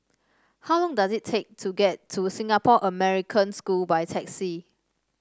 how long does it take to get to Singapore American School by taxi